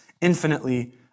infinitely